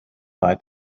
drei